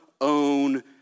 own